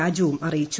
രാജുവും അറിയിച്ചു